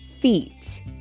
feet